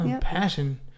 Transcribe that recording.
Passion